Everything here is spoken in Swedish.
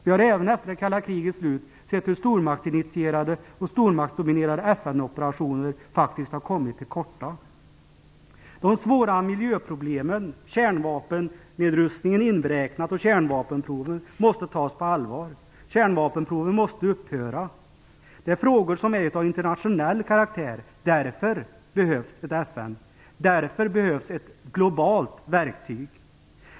Vi har även efter det kalla krigets slut sett hur stormaktsinititerade och stormaktsdominerade FN-operationer har kommit till korta. De svåra miljöproblemen - kärnvapennedrustningen och kärnvapenproven inräknade - måste tas på allvar. Kärnvapenproven måste upphöra. Dessa frågor är av internationell karaktär. Därför behövs det ett FN. Därför behövs det ett globalt verktyg.